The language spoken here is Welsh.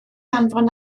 anfon